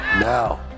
Now